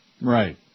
Right